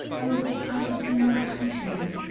o, that i were some other countryman!